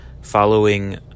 following